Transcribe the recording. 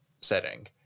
setting